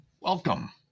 Welcome